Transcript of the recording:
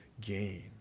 gain